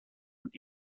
und